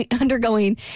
undergoing